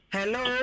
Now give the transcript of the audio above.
Hello